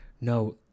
No